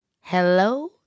hello